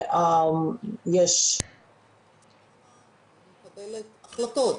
יש ועדה שדנה ומקבלת החלטות.